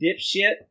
dipshit